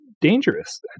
dangerous